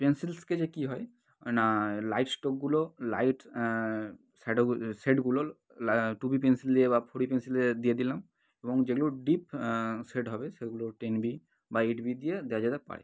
pencil স্কেচে কী হয় না লাইট স্ট্রোকগুলো লাইট স্যাডোগু শেডগুলো লা টু বি পেনসিল দিয়ে বা ফোর বি পেনসিল দিয়ে দিয়ে দিলাম এবং যেগুলো ডিপ শেড হবে সেগুলো টেন বি বা এইট বি দিয়ে দেয়া যেতে পারে